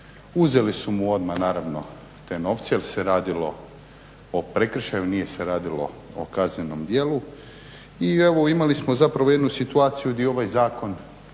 Uzeli su mu odmah naravno te novce jel se radilo o prekršaju, nije se radilo o kaznenom djelu i evo imali smo jednu situaciju gdje ovaj zakon